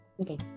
Okay